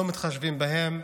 לא מתחשבים בהם,